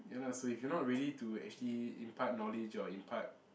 ya lah so you if you are not ready to actually impart knowledge or impart